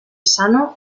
sano